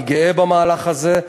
אני גאה במהלך הזה.